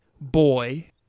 Boy